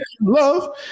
Love